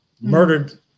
murdered